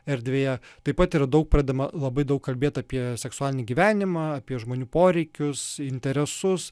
erdvėje taip pat yra daug pradedama labai daug kalbėt apie seksualinį gyvenimą apie žmonių poreikius interesus